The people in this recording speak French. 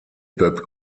peuples